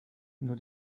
nur